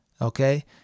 okay